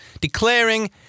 declaring